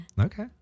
okay